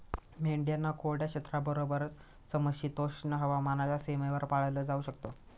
मेंढ्यांना कोरड्या क्षेत्राबरोबरच, समशीतोष्ण हवामानाच्या सीमेवर पाळलं जाऊ शकत